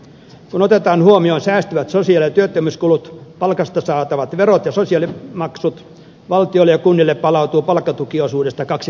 kun otetaan huomioon säästyvät sosiaali ja työttömyyskulut palkasta saatavat verot ja sosiaalimaksut valtiolle ja kunnille palautuu palkkatukiosuudesta kaksi kolmasosaa takaisin